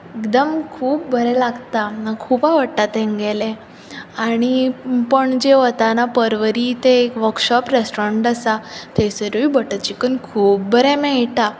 एकदम खूब बरें लागतां म्हाका खुब आवडटां तेंगेल्ले आनी पणजे वताना पर्वरी तें एक वर्कशॉप रेस्टोरंट आसा थंयसरुय बटर चिकन खूब बरें मेळटां